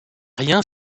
rien